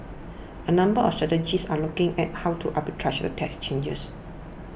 a number of strategists are looking at how to arbitrage the tax changes